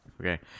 Okay